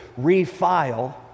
refile